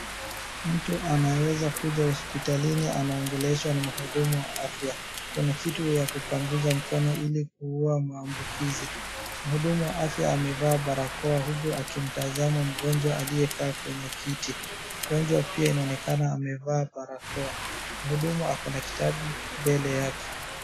Mtu anayeweza kuja hospitalini anaongeleshwa na mhuduma ya afya. Kuna kitu ya kupunguza mkono ili kuua maambukizi. Mhudumu wa afya amevaa barakoa huku akimtazama mgonjwa aliyekaa kwenye kiti. Mgonjwa pia inaonekana amevaa barakoa. Mhuduma ako na kitabu mbele yake.